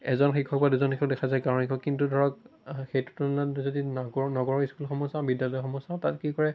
এজন শিক্ষক বা দুজন শিক্ষক দেখা যায় গাঁৱৰ শিক্ষক কিন্তু ধৰক সেইটো তুলনাত যদি নগৰ নগৰৰ স্কুলসমূহ চাওঁ বিদ্যালয়সমূহ চাওঁ তাত কি কৰে